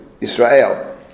Israel